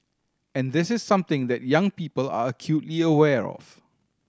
and this is something that young people are acutely aware of